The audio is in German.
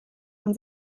man